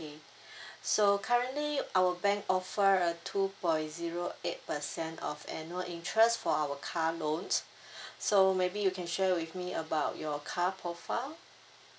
okay so currently our bank offer a two point zero eight percent off annual interest for our car loans so maybe you can share with me about your car profile